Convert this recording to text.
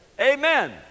Amen